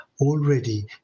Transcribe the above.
already